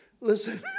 Listen